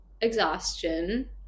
exhaustion